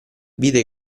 vide